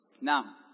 Now